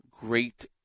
great